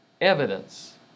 evidence